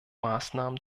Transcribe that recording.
maßnahmen